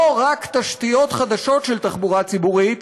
לא רק תשתיות חדשות של תחבורה ציבורית,